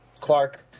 Clark